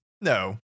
No